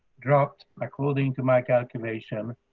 dropped according to my calculation,